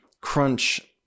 crunch